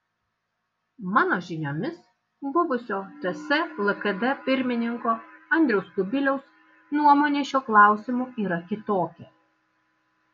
mano žiniomis buvusio ts lkd pirmininko andriaus kubiliaus nuomonė šiuo klausimu yra kitokia